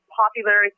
popular